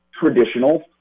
traditional